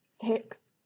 Six